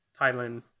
Thailand